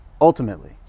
Ultimately